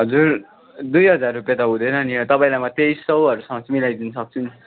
हजुर दुई हजार रुपियाँ त हुँदैन नि तपाईँलाई म तेइस सयहरूसम्म चाहिँ मिलाई दिन सक्छु नि